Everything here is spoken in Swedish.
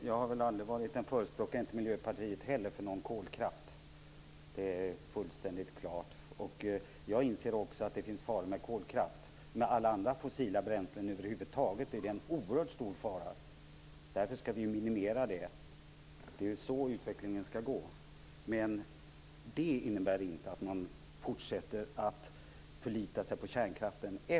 Herr talman! Jag har aldrig förespråkat kolkraft, och det har inte Miljöpartiet heller. Det är fullständigt klart. Jag inser också att det finns faror med kolkraft. Alla fossila bränslen över huvud taget innebär en oerhört stor fara. Därför skall vi minimera användningen av dem. Det är ju i den riktningen utvecklingen skall gå. Men det innebär inte att man fortsätter att förlita sig på kärnkraften.